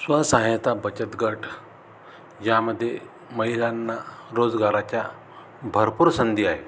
स्वसहायता बचत गट ज्यामध्ये महिलांना रोजगाराच्या भरपूर संधी आहेत